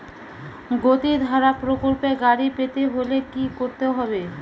গতিধারা প্রকল্পে গাড়ি পেতে হলে কি করতে হবে?